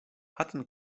hutton